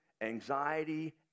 anxiety